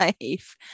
life